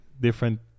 different